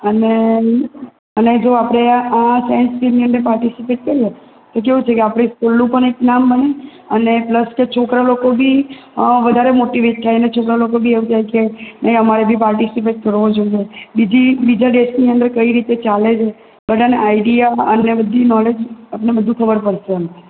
અને અને જો આપણે આ આ સાઇન્સ ક્વિઝની પાર્ટીસિપેટ કરીએ તો કેવું છે કે આપણી સ્કૂલનું પણ એક નામ બને અને પ્લસ કે છોકરા લોકો બી વધારે મોટિવેટ થાય અને છોકરા લોકો બી એવું કહે છે નહીં અમારે બી પાર્ટીસિપેટ કરવું જોઈએ બીજી બીજા દેશની અંદર કઈ રીતે ચાલે છે બધાને આઇડિયા અને બધી નોલેજ અમને બધું ખબર પડશે એમ